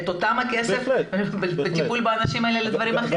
את אותו כסף בטיפול באנשים האלה לדברים אחרים.